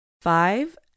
Five